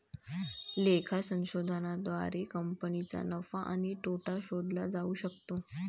लेखा संशोधनाद्वारे कंपनीचा नफा आणि तोटा शोधला जाऊ शकतो